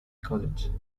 college